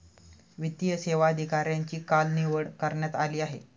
वित्तीय सेवा अधिकाऱ्यांची काल निवड करण्यात आली आहे